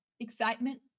Excitement